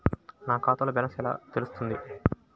నా ఖాతాలో బ్యాలెన్స్ ఎలా తెలుస్తుంది?